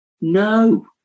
No